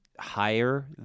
Higher